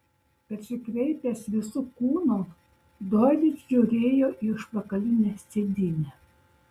persikreipęs visu kūnu doilis žiūrėjo į užpakalinę sėdynę